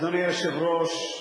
אדוני, עשר דקות.